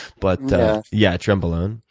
but yeah trenbolone.